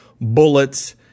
bullets